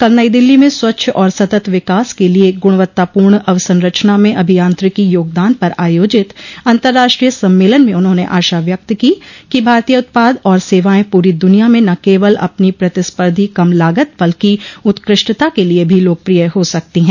कल नई दिल्ली में स्वच्छ और सतत विकास के लिए गुणवत्तापूर्ण अवसंरचना में अभियांत्रिकी योगदान पर आयोजित अंतर्राष्ट्रीय सम्मेलन में उन्होंने आशा व्यक्त की कि भारतीय उत्पाद और सेवाएं पूरी दुनिया में न केवल अपनी प्रतिस्पर्धी कम लागत बल्कि उत्कृष्टता के लिए भी लोकप्रिय हो सकती हैं